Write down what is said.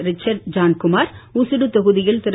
Richards Johnkumar Oussudu தொகுதியில் திரு